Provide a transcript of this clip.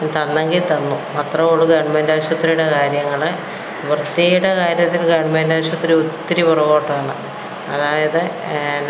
തന്നെങ്കിൽ തന്നെ അത്രയേ ഉള്ളു ഗവൺമെൻ്റ് ആശുപത്രിയുടെ കാര്യങ്ങൾ വൃത്തിയുടെ കാര്യത്തിൽ ഗവൺമെൻ്റ് ആശുപത്രി ഒത്തിരി പുറകോട്ടാണ് അതായത് എന്ന